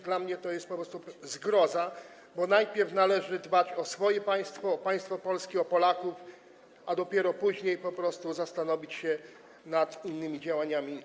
Dla mnie to jest po prostu zgroza, bo najpierw należy dbać o swoje państwo, państwo polskie, o Polaków, a dopiero później zastanowić się nad innymi działaniami.